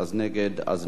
נא להצביע.